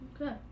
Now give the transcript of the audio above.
Okay